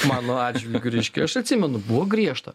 mano atžvilgiu reiškia aš atsimenu buvo griežta